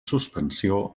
suspensió